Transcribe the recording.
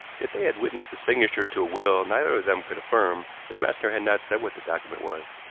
that they had witnessed the signature to a will neither of them could affirm their master had not said what the document was,